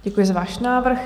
Děkuji za váš návrh.